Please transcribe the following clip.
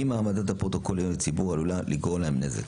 אם העמדת הפרוטוקול לעיון הציבור עלולה לגרום להם נזק.